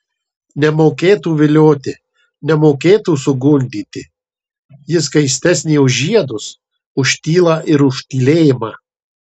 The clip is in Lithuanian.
nemokėtų vilioti nemokėtų sugundyti ji skaistesnė už žiedus už tylą ir už tylėjimą